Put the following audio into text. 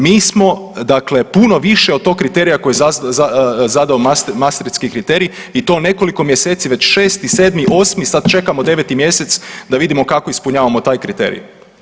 Mi smo dakle puno više od tog kriterija koji je zadao Maastrichtski kriterij i to nekoliko mjeseci već 6., 7., 8. sad čekamo 9. mjesec da vidimo kako ispunjavamo taj kriterij.